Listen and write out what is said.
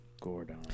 Gordon